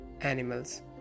animals